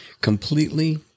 completely